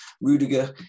Rudiger